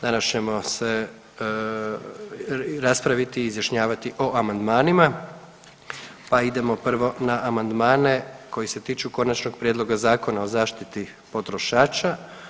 Danas ćemo raspraviti i izjašnjavati o amandmanima, pa idemo prvo na amandmane koji se tiču Konačnog prijedloga zakona o zaštiti potrošača.